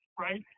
right